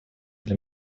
для